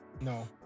No